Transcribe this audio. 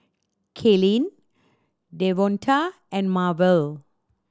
Kaylyn Devonta and Marvel